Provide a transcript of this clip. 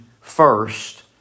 first